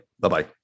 Bye-bye